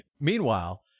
Meanwhile